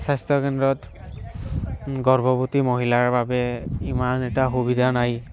স্বাস্থ্য কেন্দ্ৰত গৰ্ভৱতী মহিলাৰ বাবে ইমান এটা সুবিধা নাই